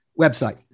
website